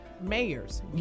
mayors